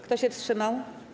Kto się wstrzymał?